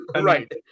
Right